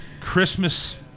Christmas